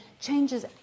changes